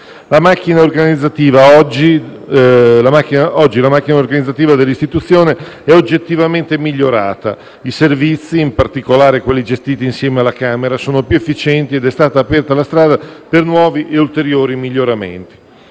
la macchina organizzativa dell'Istituzione è oggettivamente migliorata: i servizi, in particolare quelli gestiti insieme alla Camera, sono più efficienti ed è stata aperta la strada per nuovi e ulteriori miglioramenti.